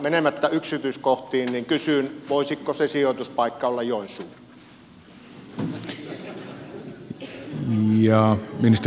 menemättä yksityiskohtiin kysyn voisiko sijoituspaikka olla joensuu